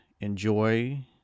enjoy